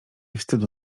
wstydu